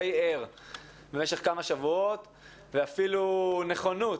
די ער במשך כמה שבועות ואפילו נכונות